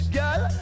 Girl